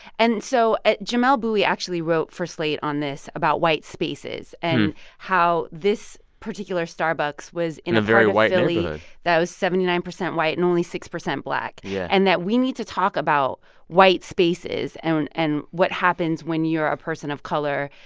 and so ah jamelle bouie actually wrote for slate on this about white spaces and how this particular starbucks was. in a very that was seventy nine percent white and only six percent black yeah and that we need to talk about white spaces and and what happens when you're a person of color,